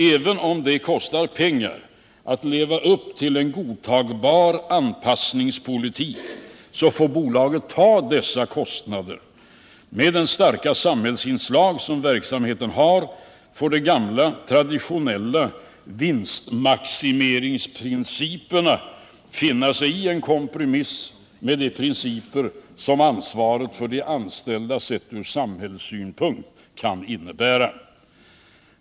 Även om det kostar pengar att leva upp till en godtagbar anpassningspolitik, får bolaget ta dessa kostnader. Med de starka samhällsinslag som verksamheten har får de gamla, traditionella vinstmaximeringsprinciperna finna sig i en kompromiss med de principer som ansvaret för de anställda, sett från samhällssynpunkt, kan innebära.